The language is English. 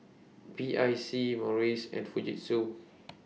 B I C Morries and Fujitsu